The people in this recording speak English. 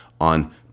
on